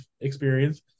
experience